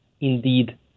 indeed